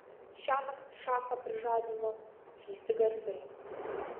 šiąnakt šachą prižadino keisti garsai